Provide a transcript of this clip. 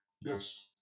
Yes